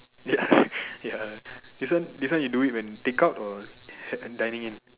ya ya this one you do it when take out or dining in